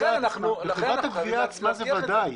בחברת הגבייה עצמה זה ודאי.